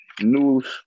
news